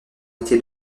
été